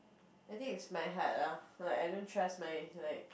the thing is my heart ah like I don't trust my like